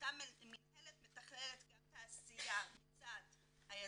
שאותה מינהלת מתכללת גם את העשייה מצד היזמים,